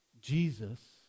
Jesus